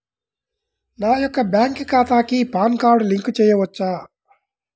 నా యొక్క బ్యాంక్ ఖాతాకి పాన్ కార్డ్ లింక్ చేయవచ్చా?